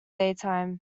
daytime